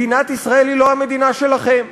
מדינת ישראל היא לא המדינה שלכם.